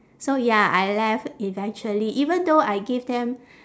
so ya I left eventually even though I give them